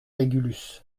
régulus